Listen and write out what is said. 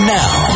now